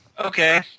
Okay